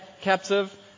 captive